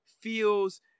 feels